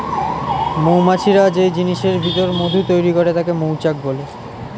মৌমাছিরা যেই জিনিসের ভিতর মধু তৈরি করে তাকে মৌচাক বলে